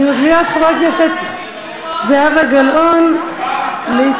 אני מזמינה את חברת הכנסת זהבה גלאון להתנגד.